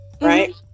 right